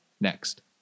next